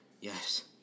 Yes